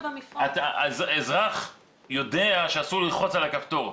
אזרח יודע שאסור ללחוץ על הכפתור.